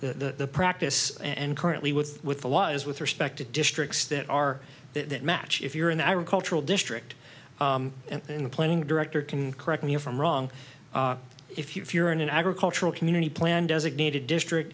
the practice and currently with with the law is with respect to districts that are that match if you're in the agricultural district and in the planning director can correct me if i'm wrong if you if you're in an agricultural community plan designated district